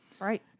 right